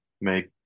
make